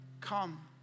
Come